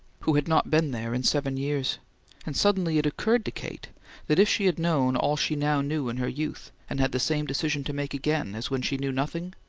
who had not been there in seven years and suddenly it occurred to kate that, if she had known all she now knew in her youth, and had the same decision to make again as when she knew nothing,